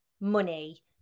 money